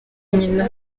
nyina